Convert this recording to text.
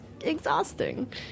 exhausting